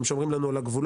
הם שומרים לנו על הגבולות,